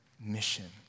mission